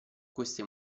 queste